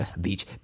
beach